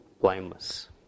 blameless